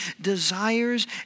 desires